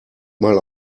mal